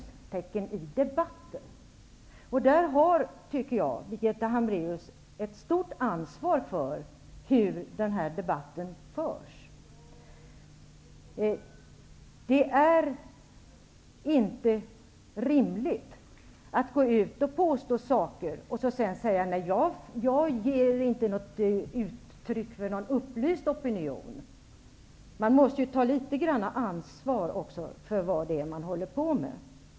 Jag menar att Birgitta Hambraeus i det sammanhanget har ett stort ansvar för hur den här debatten förs. Det är inte rimligt att gå ut och påstå saker och sedan säga att man inte företräder någon upplyst opinion. Man måste ju litet grand ta ansvar för vad det är man håller på med.